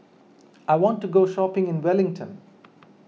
I want to go shopping in Wellington